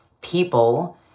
people